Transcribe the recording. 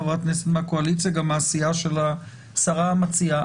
חברת כנסת מהקואליציה ומהסיעה של השרה המציעה.